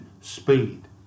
speed